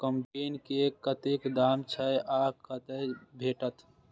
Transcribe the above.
कम्पेन के कतेक दाम छै आ कतय भेटत?